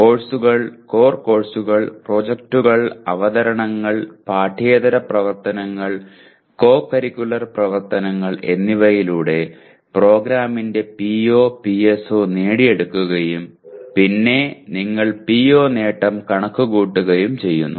കോഴ്സുകൾ കോർ കോഴ്സുകൾ പ്രോജക്ടുകൾ അവതരണങ്ങൾ പാഠ്യേതര പ്രവർത്തനങ്ങൾ കോ കരിക്കുലർ പ്രവർത്തനങ്ങൾ എന്നിവയിലൂടെ പ്രോഗ്രാമിന്റെ POPSO നേടിയെടുക്കയും പിന്നെ നിങ്ങൾ PO നേട്ടം കണക്കുകൂട്ടുകയും ചെയുന്നു